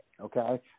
okay